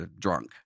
drunk